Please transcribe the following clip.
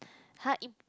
!huh! im~